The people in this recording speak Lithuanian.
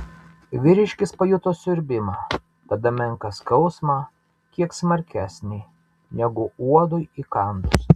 vyriškis pajuto siurbimą tada menką skausmą kiek smarkesnį negu uodui įkandus